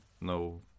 no